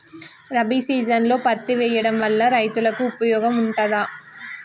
రబీ సీజన్లో పత్తి వేయడం వల్ల రైతులకు ఉపయోగం ఉంటదా?